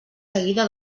seguida